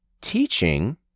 teaching